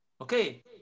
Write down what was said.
Okay